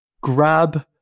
grab